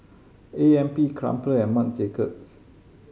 A M P Crumpler and Marc Jacobs